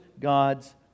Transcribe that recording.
God's